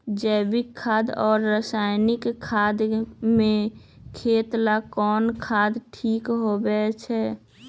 जैविक खाद और रासायनिक खाद में खेत ला कौन खाद ठीक होवैछे?